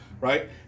Right